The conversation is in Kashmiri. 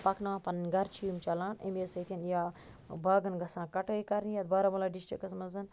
پَکناوان پَننۍ گَرٕ چھِ یِم چَلان امے سۭتۍ یا باغَن گَژھان کَٹٲے کَرنہِ بارامُلا ڈِشٹِکَس مَنٛز